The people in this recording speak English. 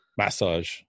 Massage